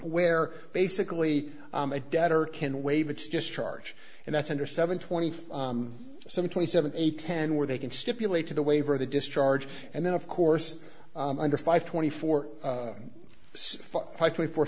where basically a debtor can waive it's just charge and that's under seven twenty five some twenty seven eight ten where they can stipulate to the waiver of the discharge and then of course under five twenty four twenty four